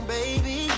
baby